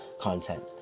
content